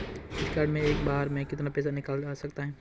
Debit card से एक बार में कितना पैसा निकाला जा सकता है?